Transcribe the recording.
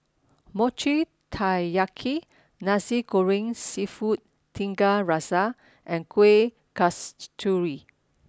Mochi Taiyaki Nasi Goreng Seafood Tiga Rasa and Kuih Kasturi